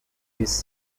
this